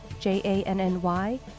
J-A-N-N-Y